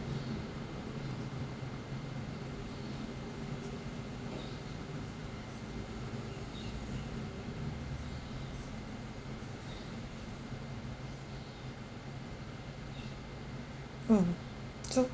mm so